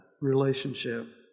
relationship